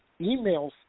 emails